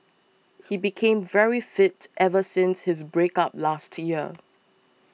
he became very fit ever since his breakup last year